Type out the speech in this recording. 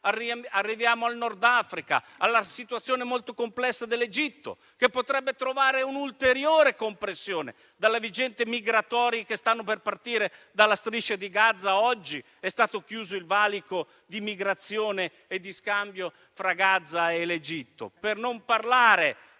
arriviamo al Nord Africa e alla situazione molto complessa dell'Egitto, che potrebbe trovare un'ulteriore compressione dall'ondata migratoria che sta per partire dalla striscia di Gaza; oggi è stato chiuso il valico di migrazione e di scambio fra Gaza e l'Egitto. Per non parlare